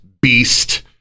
Beast